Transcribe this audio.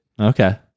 Okay